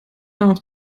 auch